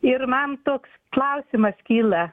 ir man toks klausimas kyla